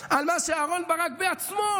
על מה שאהרן ברק בעצמו,